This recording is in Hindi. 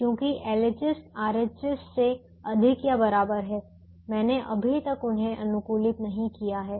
क्योंकि LHS RHS से अधिक या बराबर हैं मैंने अभी तक उन्हें अनुकूलित नहीं किया है